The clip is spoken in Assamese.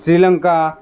শ্ৰীলংকা